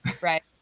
Right